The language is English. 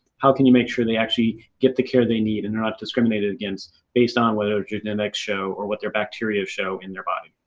how can you make sure they actually get the care they need and are not discriminated against based on what their genetics show, or what their bacteria show in their body?